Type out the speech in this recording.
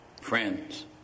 friends